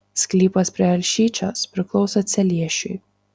sklypas prie alšyčios priklauso celiešiui